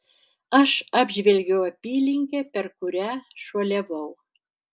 aš apžvelgiau apylinkę per kurią šuoliavau